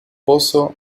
pozo